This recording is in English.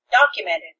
documented